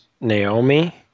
Naomi